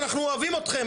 שאנחנו אוהבים אתכם,